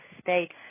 state